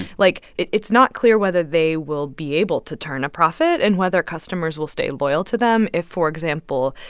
like, it's not clear whether they will be able to turn a profit and whether customers will stay loyal to them if, for example,